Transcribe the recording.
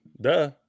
duh